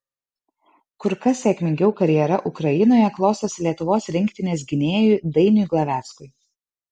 kur kas sėkmingiau karjera ukrainoje klostosi lietuvos rinktinės gynėjui dainiui gleveckui